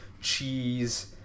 cheese